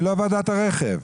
אני לא ועדת הרכב.